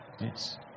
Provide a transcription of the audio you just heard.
Yes